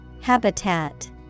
Habitat